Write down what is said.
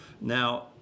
Now